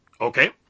Okay